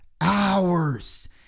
hours